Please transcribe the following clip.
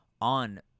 on